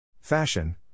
Fashion